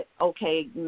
okay